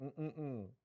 Mm-mm-mm